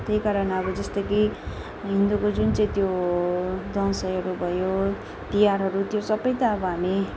त्यही कारण अब जस्तो कि हिन्दूको जुन चाहिँ त्यो दसैँहरू भयो तिहारहरू त्यो सबै त अब हामी